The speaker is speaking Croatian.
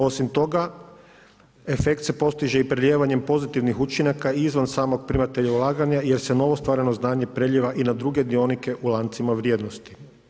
Osim toga efekt se postiže i prelijevanjem pozitivnih učinaka i izvan samog primatelja ulaganja jer se novo ostvareno znanje prelijeva i na druge dionike u lancima vrijednosti.